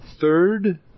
third